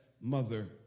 Mother